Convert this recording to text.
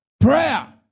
Prayer